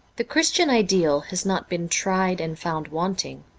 the christian ideal has not been tried and found wanting.